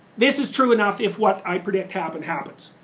this is true enough if what i predict happens happens.